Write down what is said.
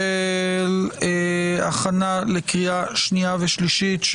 הכנה לקריאה שנייה ושלישית,